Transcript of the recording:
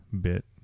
bit